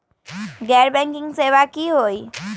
गैर बैंकिंग सेवा की होई?